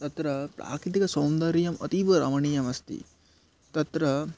तत्र प्राकृतिक सौन्दर्यम् अतीव रमणीयमस्ति तत्र